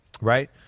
Right